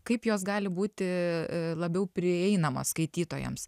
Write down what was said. kaip jos gali būti labiau prieinama skaitytojams